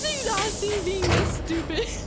exhausting being this stupid.